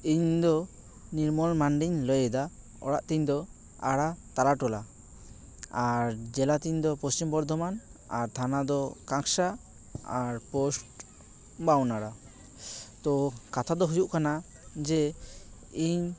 ᱤᱧ ᱫᱚ ᱱᱤᱨᱢᱟᱞ ᱢᱟᱱᱰᱤᱧ ᱞᱟᱹᱭ ᱫᱟ ᱚᱲᱟᱜ ᱛᱤᱧ ᱫᱚ ᱟᱲᱟ ᱛᱟᱞᱟ ᱴᱚᱞᱟ ᱟᱨ ᱡᱮᱞᱟ ᱛᱤᱧ ᱫᱚ ᱯᱚᱪᱷᱤᱢ ᱵᱚᱨᱫᱷᱚᱢᱟᱱ ᱟᱨ ᱛᱷᱟᱱ ᱫᱚ ᱠᱟᱠᱥᱟ ᱟᱨ ᱯᱳᱥᱴ ᱵᱟᱢᱩᱱᱟᱲᱟ ᱛᱚ ᱠᱟᱛᱷᱟ ᱫᱚ ᱦᱩᱭᱩᱜ ᱠᱟᱱᱟ ᱡᱮ ᱤᱧ